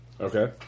Okay